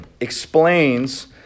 explains